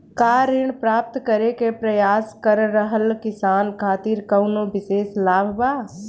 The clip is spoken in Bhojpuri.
का ऋण प्राप्त करे के प्रयास कर रहल किसान खातिर कउनो विशेष लाभ बा?